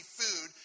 food